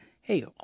hey